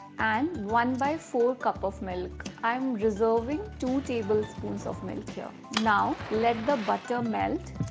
and one by four cup of milk. i'm reserving two tablespoons of milk here. now let the butter melt.